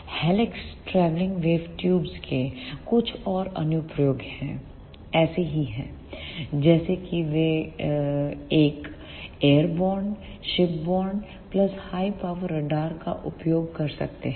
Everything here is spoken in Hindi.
हेलिक्स ट्रैवलिंग वेव ट्यूब्स के कुछ और अनुप्रयोग ऐसे हैं जैसे कि वे एक airborne shipborne pulse high power radar का उपयोग कर सकते हैं